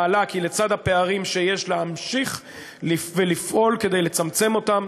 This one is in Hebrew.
מעלה כי לצד הפערים שיש להמשיך ולפעול לצמצם אותם,